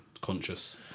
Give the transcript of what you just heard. conscious